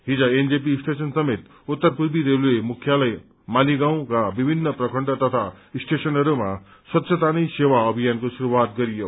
हिज NJP station समेत उत्तर पूर्वी रेवले मुख्यालय मालीगाँवका विभिन्न प्रखण्ड तथा स्टेशनहरूमा स्वच्छता नै सेवा अभियानको शुरूआत गरियो